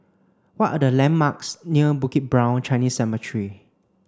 what are the landmarks near Bukit Brown Chinese Cemetery